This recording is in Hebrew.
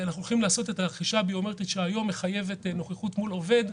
אנחנו הולכים לעשות את הרכישה הביומטרית שהיום מחייבת נוכחות מול עובד,